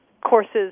Courses